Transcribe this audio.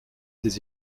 des